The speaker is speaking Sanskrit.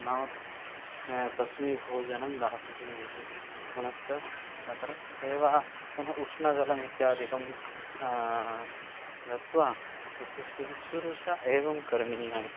नाम तस्मै भोजनं दातव्यमिति पुनश्च अत्र सेवा पुनः उष्णजलमित्यादिकं दत्त्वा तस्य शुश्रूषा एवं करणीया इति